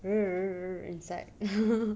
err inside